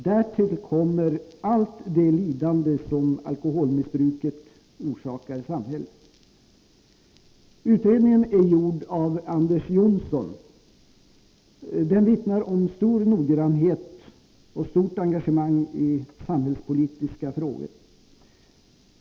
Därtill kommer allt det lidande som alkoholmissbruket orsakar samhället. Utredningen är gjord av Anders Johnson. Den vittnar om stor noggrannhet och stort engagemang i samhällspolitiska frågor.